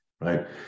right